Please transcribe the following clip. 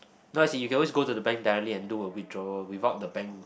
no as in you can always go to the bank directly and do a withdrawal without the bank